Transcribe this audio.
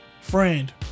friend